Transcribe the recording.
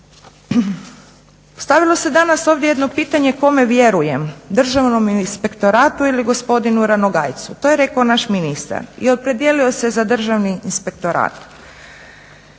Postavilo se danas ovdje jedno pitanje kome vjerujem Državnom inspektoratu ili gospodinu Ranogajcu, to je rekao naš ministar i opredijelio se za Državni inspektorat.